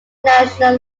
national